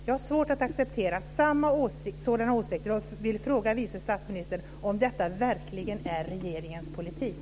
Jag har svårt att acceptera sådana åsikter och vill fråga vice statsministern om detta verkligen är regeringens politik.